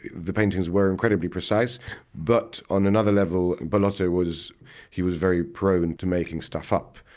the paintings were incredibly precise but on another level, bellotto was he was very prone to making stuff up.